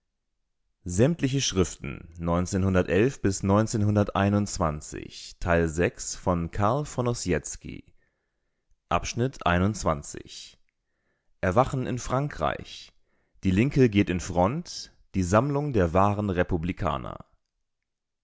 schriften erwachen in frankreich die linke geht in front die sammlung der wahren republikaner